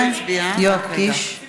(קוראת בשמות חברי הכנסת) יואב קיש,